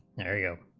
area